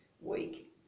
week